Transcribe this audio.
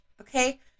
okay